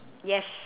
yes